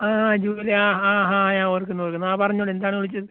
ആ ജൂലൈ ആ ആ ഹാ ഞാൻ ഓർക്കുന്നു ഓർക്കുന്നു ആ പറഞ്ഞോളൂ എന്താണ് വിളിച്ചത്